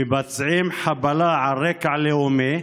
מבצעים חבלה על רקע לאומי,